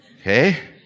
Okay